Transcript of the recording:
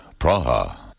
Praha